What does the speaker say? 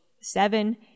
seven